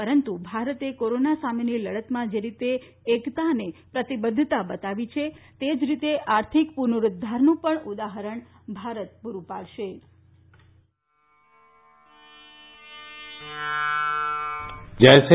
પરંતુ ભારતે કોરોના સામેની લડતમાં જે રીતે એકતા અને પ્રતિબધ્ધતા બતાવી છે તે જ રીતે આર્થિક પુનો દ્વારનું પણ ઉદાહરણ ભારત પૂરૂ પાડશે